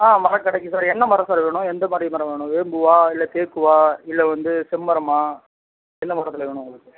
ஆ மரம் கிடைக்கும் சார் என்ன மரம் சார் வேணும் எந்த மாதிரி மரம் வேணும் வேம்புவா இல்லை தேக்குவா இல்லை வந்து செம்மரமா என்ன மரத்தில் வேணும் உங்களுக்கு